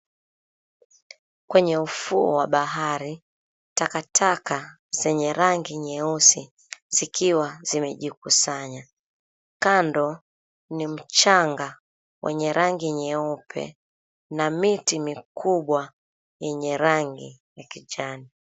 Kwenye ufuo wa bahari, takataka zenye rangi nyeusi zikiwa zimejikusanya. Kando ni mchanga wenye rangi nyeupe na miti mikubwa yenye rangi ya kijani.